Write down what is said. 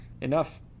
Enough